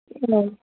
अ